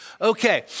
Okay